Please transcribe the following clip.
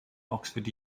oxford